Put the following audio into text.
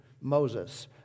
Moses